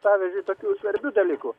pavyzdžiui tokių svarbių dalykų